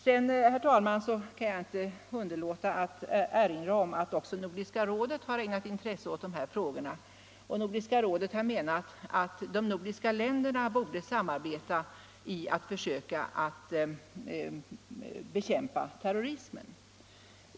Jag kan inte, herr talman, underlåta erinra om att också Nordiska rådet har ägnat intresse åt de här frågorna och menat att de nordiska länderna borde samarbeta i sina försök att bekämpa terrorismen.